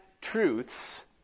truths